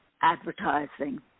advertising